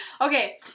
Okay